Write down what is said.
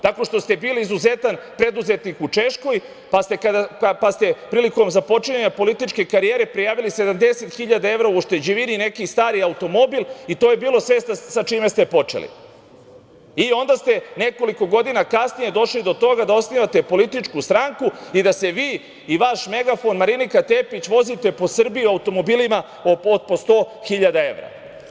Tako što ste bili izuzetan preduzetnik u Češkoj, pa ste prilikom započinjanja političke karijere prijavili 70.000 evra u ušteđevini i neki stari automobil i to je bilo sve sa čime ste počeli i onda ste nekoliko godina kasnije došli do toga da osnivate političku stranku i da se vi i vaš megafon Marinika Tepić vozite po Srbiji automobilima od po 100.000 evra.